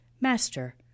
master